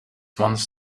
once